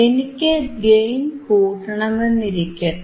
എനിക്ക് ഗെയിൻ കൂട്ടണമെന്നിരിക്കട്ടെ